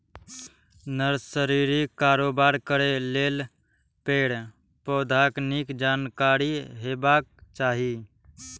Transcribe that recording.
नर्सरीक कारोबार करै लेल पेड़, पौधाक नीक जानकारी हेबाक चाही